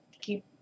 Keep